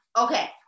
Okay